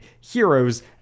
Heroes